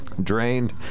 drained